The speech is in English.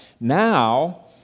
Now